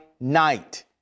night